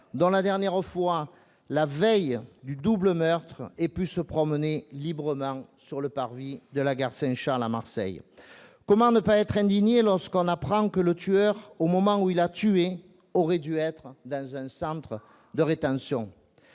dont la dernière fois la veille du double meurtre, ait pu se promener librement sur le parvis de la gare Saint-Charles à Marseille ? Comment ne pas être indigné lorsque l'on apprend que le tueur, au moment où il a tué, aurait dû être dans un centre de rétention ?